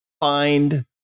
find